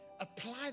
Apply